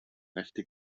rechte